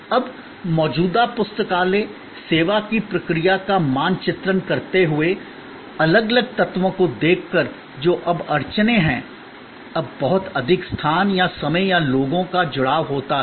अब मौजूदा पुस्तकालय सेवा की प्रक्रिया का मानचित्रण करते हुए अलग अलग तत्वों को देखकर जो अब अड़चनें हैं अब बहुत अधिक स्थान या समय या लोगों का जुड़ाव होता है